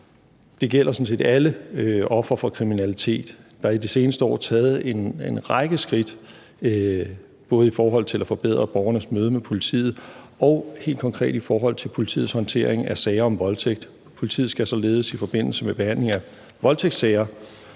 set alle ofre for kriminalitet. Der er de seneste år taget en række skridt både i forhold til at forbedre borgernes møde med politiet og helt konkret i forhold til politiets håndtering af sager om voldtægt. Politiet skal således i forbindelse med behandling af voldtægtssager